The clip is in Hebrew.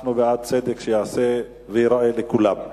אנחנו בעד צדק שייעשה וייראה לכולם.